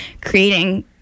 creating